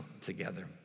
together